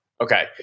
Okay